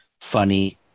funny